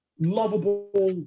lovable